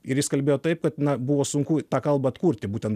ir jis kalbėjo taip kad buvo sunku tą kalbą atkurti būtent